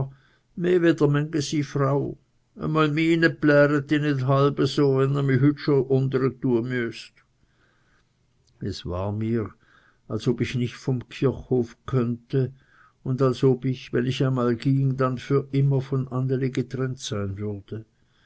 es war mir als ob ich nicht vom kirchhof könnte und als ob ich wenn ich einmal ginge dann für immer von anneli getrennt sein würde